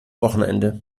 wochenende